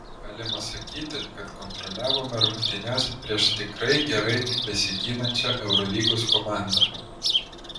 galima sakyti kad kontroliavome rungtynes prieš tikrai gerai besiginančią eurolygos komandą